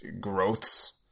growths